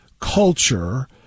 culture